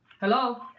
Hello